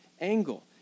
angle